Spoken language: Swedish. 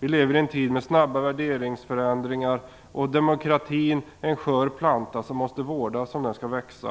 Vi lever i en tid med snabba värderingsförändringar, och demokratin är en skör planta som måste vårdas om den skall växa.